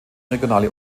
regionale